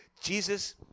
Jesus